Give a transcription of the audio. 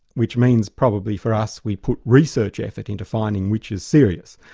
which means probably for us we put research effort into finding which is serious.